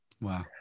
Wow